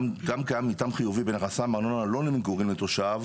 גם קיים מיתאם חיובי בין הכנסה מארנונה לא למגורים לתושב,